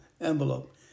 envelope